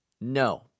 No